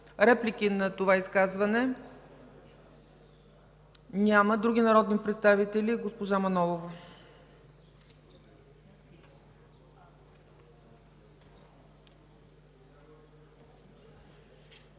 Реплики на това изказване? Няма. Други народни представители? Госпожа Манолова.